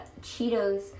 cheetos